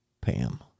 Pam